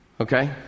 Okay